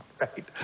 right